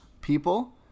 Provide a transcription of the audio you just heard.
people